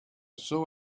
saw